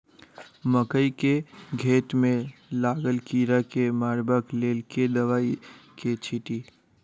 मकई केँ घेँट मे लागल कीड़ा केँ मारबाक लेल केँ दवाई केँ छीटि?